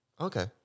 Okay